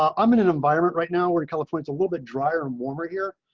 um i'm in an environment. right now we're in california, a little bit drier and warmer here.